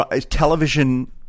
television